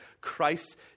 Christ